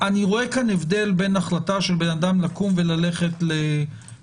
אני רואה כאן הבדל בין החלטה של בן-אדם לקום וללכת למוזיאון